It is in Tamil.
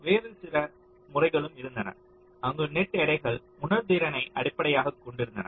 வேறு சில முறைகளும் இருந்தன அங்கு நெட் எடைகள் உணர்திறனை அடிப்படையாகக் கொண்டிருந்தன